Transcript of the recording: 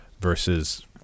versus